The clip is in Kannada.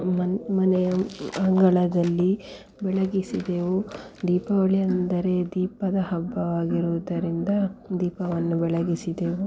ಮನೆ ಮನೆಯ ಅಂಗಳದಲ್ಲಿ ಬೆಳಗಿಸಿದೆವು ದೀಪಾವಳಿ ಎಂದರೆ ದೀಪದ ಹಬ್ಬವಾಗಿರುವುದರಿಂದ ದೀಪವನ್ನು ಬೆಳಗಿಸಿದೆವು